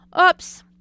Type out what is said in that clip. Oops